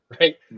right